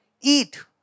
eat